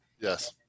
yes